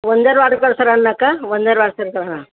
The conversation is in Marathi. वंजारवाडकर सरांना का वंजारवाडकर स हां